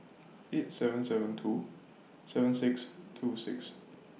eight seven seven two seven six two six